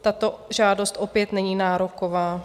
Tato žádost opět není nároková.